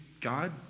God